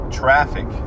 traffic